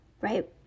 right